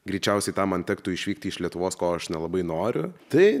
greičiausiai tam man tektų išvykti iš lietuvos ko aš nelabai noriu tai